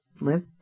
live